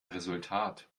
resultat